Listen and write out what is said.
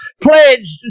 pledged